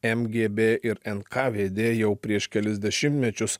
mgb ir nkvd jau prieš kelis dešimtmečius